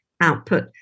output